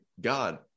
God